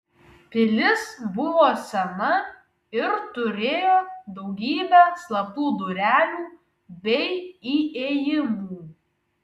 pilis buvo sena ir turėjo daugybę slaptų durelių bei įėjimų